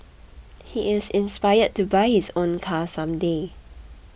he is inspired to buy his own car some day